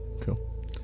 cool